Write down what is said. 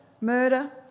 murder